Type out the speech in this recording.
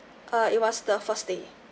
uh it was the first day